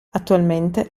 attualmente